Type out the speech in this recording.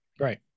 Right